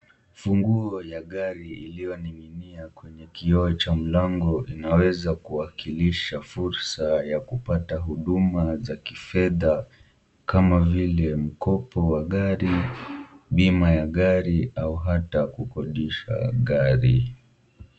Funguo za gari zilizoning'inia kwenye kioo cha mlango inaweza kuwakilisha fursa ya kupata huduma za kifedha kama vile mkopo wa gari , bima ya gari au hata kukodisha gari.